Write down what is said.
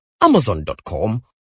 amazon.com